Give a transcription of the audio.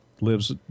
lives